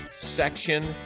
section